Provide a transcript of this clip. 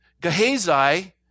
Gehazi